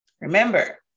Remember